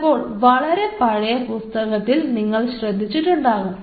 ചിലപ്പോൾ വളരെ പഴയ പുസ്തകത്തിൽ നിങ്ങൾ ശ്രദ്ധിച്ചിട്ടുണ്ടാകും